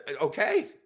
Okay